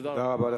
תודה רבה.